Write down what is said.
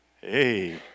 Hey